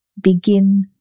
begin